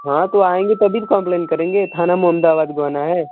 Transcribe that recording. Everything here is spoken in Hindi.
हाँ तो आएँगे तभी तो कंप्लेन करेंगे थाना मोहम्दाबाद को आना है